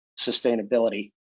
sustainability